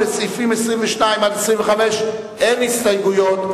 לסעיפים 22 25 אין הסתייגויות.